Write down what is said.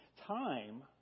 Time